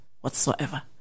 whatsoever